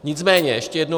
Nicméně ještě jednou.